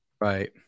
Right